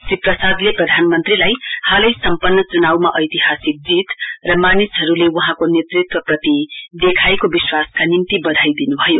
श्री प्रसाद्ले प्रधानमन्त्रीलाई हालै सम्पन्न च्नाउमा एतिहाससिक जीत र मानिसहरूले वहाँको नेतृत्वप्रति देखाएको विश्वासका निम्ति बधाई दिनुभयो